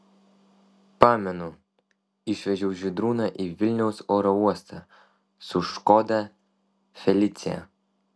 pamenu išvežiau žydrūną į vilniaus oro uostą su škoda felicia